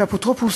שאפוטרופוס,